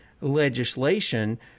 legislation